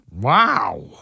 Wow